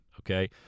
okay